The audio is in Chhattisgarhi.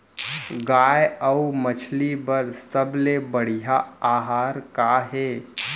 गाय अऊ मछली बर सबले बढ़िया आहार का हे?